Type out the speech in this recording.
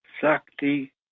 Sakti